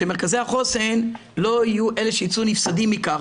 שמרכזי החוסן לא יהיו אלה שיצאו נפסדים מכך,